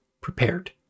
prepared